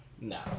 No